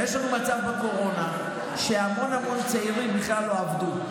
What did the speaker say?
נוצר מצב בקורונה שהמון המון צעירים בגלל לא עבדו.